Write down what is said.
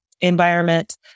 environment